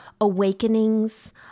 awakenings